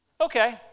okay